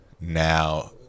now